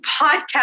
podcast